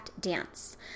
dance